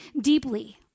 deeply